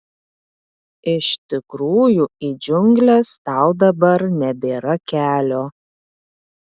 iš tikrųjų į džiungles tau dabar nebėra kelio